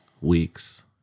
weeks